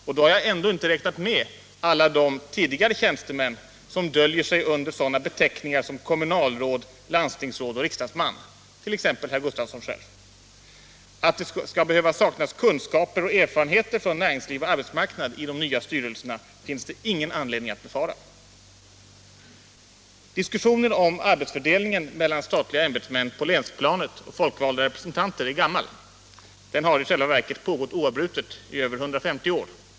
Och då har jag ändå inte räknat med alla de tidigare tjänstemän som döljer sig under sådana beteckningar som kommunalråd, landstingsråd och riksdagsman, som t.ex. herr Gustafsson själv. Att det skall behöva saknas kunskaper och erfarenheter från näringsliv och arbetsmarknad i de nya styrelserna finns ingen anledning att befara. Diskussionen om arbetsfördelningen mellan statliga ämbetsmän på länsplanet och folkvalda representanter är gammal — den har i själva verket pågått oavbrutet i över 150 år.